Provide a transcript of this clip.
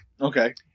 okay